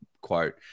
quote